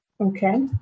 Okay